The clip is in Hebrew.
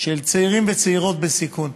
של צעירים וצעירות בסיכון.